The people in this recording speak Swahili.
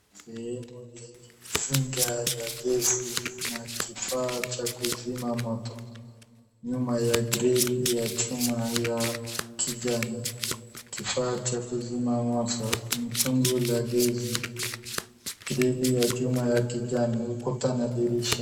Sehemu yenye mizinga ya gesi na kifaa cha kuzima mtoto nyuma ya grill ya chuma ya kijani, Kifaa cha kuzima mtoto, mtungi la gesi, grill ya chuma ya kijani, ukuta na dirisha.